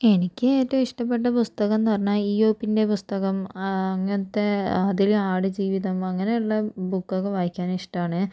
എനിക്ക് ഏറ്റവും ഇഷ്ടപ്പെട്ട പുസ്തകം എന്നു പറഞ്ഞാൽ ഇയ്യോബിൻ്റെ പുസ്തകം അങ്ങനത്തെ അതിലെ ആടുജീവിതം അങ്ങനെയുള്ള ബുക്ക് ഒക്കെ വായിക്കാൻ ഇഷ്ടമാണ്